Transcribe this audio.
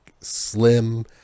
slim